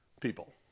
people